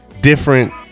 Different